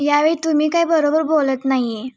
यावेळी तुम्ही काय बरोबर बोलत नाही आहे